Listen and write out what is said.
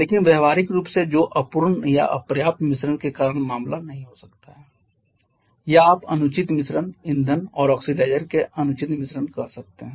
लेकिन व्यावहारिक रूप से जो अपूर्ण या अपर्याप्त मिश्रण के कारण मामला नहीं हो सकता है या आप अनुचित मिश्रण ईंधन और ऑक्सीडाइज़र के अनुचित मिश्रण कह सकते हैं